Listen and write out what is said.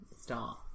start